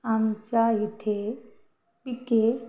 आमच्या इथे पिके